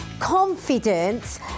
confidence